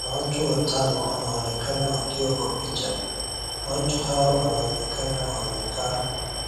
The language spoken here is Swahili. Watu watano wanaonekana wakiwa kwa picha, watu hao wanaonekana wamevaa